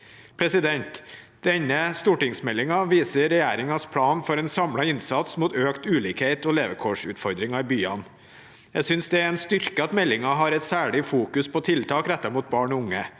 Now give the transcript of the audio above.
det. Denne stortingsmeldingen viser regjeringens plan for en samlet innsats mot økt ulikhet og levekårsutfordringer i byene. Jeg synes det er en styrke at meldingen særlig fokuserer på tiltak rettet mot barn og unge.